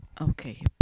Okay